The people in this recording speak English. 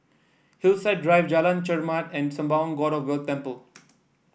Hillside Drive Jalan Chermat and Sembawang God of Wealth Temple